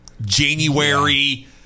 january